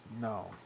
No